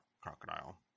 crocodile